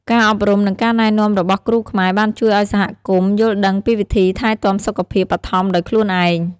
ការអប់រំ និងការណែនាំរបស់គ្រូខ្មែរបានជួយឱ្យសហគមន៍យល់ដឹងពីវិធីថែទាំសុខភាពបឋមដោយខ្លួនឯង។